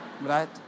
Right